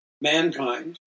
mankind